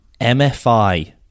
MFI